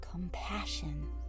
Compassion